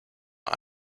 are